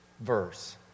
verse